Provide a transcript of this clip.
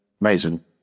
amazing